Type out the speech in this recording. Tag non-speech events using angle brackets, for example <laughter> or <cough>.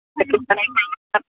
<unintelligible>